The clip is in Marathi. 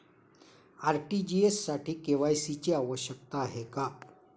आर.टी.जी.एस साठी के.वाय.सी ची आवश्यकता आहे का?